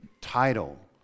title